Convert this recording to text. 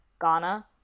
Ghana